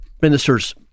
ministers